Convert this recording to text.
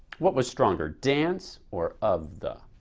what was stronger, dance or of the?